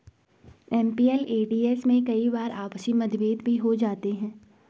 MPLADS में कई बार आपसी मतभेद भी हो जाते हैं